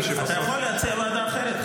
אתה יכול להציע ועדה אחרת.